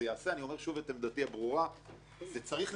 שוב אומר את עמדתי הברור זה צריך לקרות,